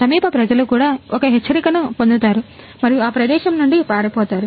సమీప ప్రజలు కూడా ఒక హెచ్చరికను పొందుతారు మరియు ఆ ప్రదేశం నుండి పారిపోతారు